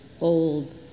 old